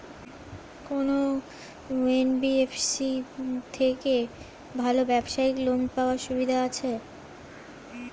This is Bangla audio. কোন এন.বি.এফ.সি থেকে ভালো ব্যবসায়িক লোন পাওয়ার সুবিধা আছে?